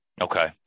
Okay